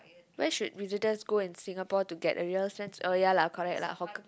where should visitors go in Singapore to get a real sense oh ya lah correct lah hawker